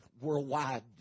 worldwide